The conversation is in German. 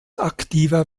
aktiver